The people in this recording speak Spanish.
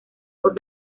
por